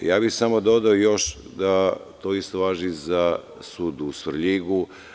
Samo bih dodao još da to isto važi i za sud u Svrljigu.